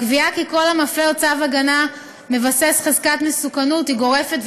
הקביעה כי כל מפר צו הגנה מבסס חזקת מסוכנות היא גורפת,